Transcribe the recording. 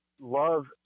love